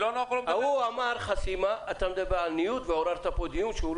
הוא אמר חסימה ואתה מדבר על ניוד ועוררת פה דיון שהוא לא העניין.